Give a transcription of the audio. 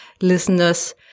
listeners